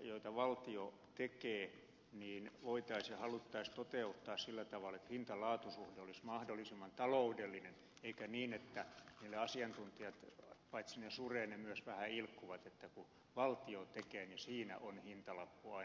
joita valtio tekee voitaisiin ja haluttaisiin toteuttaa sillä tavalla että hintalaatu suhde olisi mahdollisimman taloudellinen eikä niin että meille asiantuntijat paitsi surevat myös vähän ilkkuvat että kun valtio tekee niin siinä on hintalappu aina maksimissaan